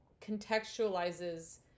contextualizes